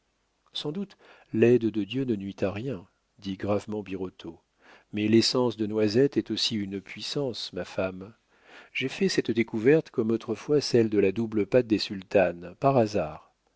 sans doute l'aide de dieu ne nuit à rien dit gravement birotteau mais l'essence de noisettes est aussi une puissance ma femme j'ai fait cette découverte comme autrefois celle de la double pâte des sultanes par hasard